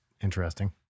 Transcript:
interesting